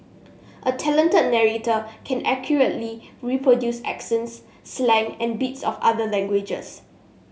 a talented narrator can accurately reproduce accents slang and bits of other languages